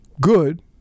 good